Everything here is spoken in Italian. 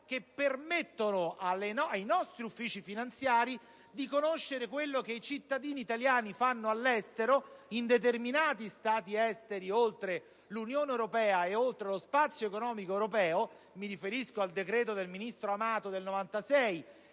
che permettono ai nostri uffici finanziari di conoscere quanto i cittadini italiani fanno in determinati Stati esteri oltre l'Unione europea e lo spazio economico europeo. Mi riferisco al decreto del ministro Amato del 4